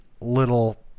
little